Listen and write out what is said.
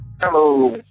Hello